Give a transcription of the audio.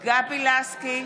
לסקי,